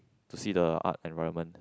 to see the art environment